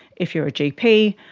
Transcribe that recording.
if you're a gp,